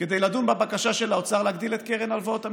כדי לדון בבקשה של האוצר להגדיל את קרן הלוואות המדינה.